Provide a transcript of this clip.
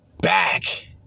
back